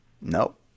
Nope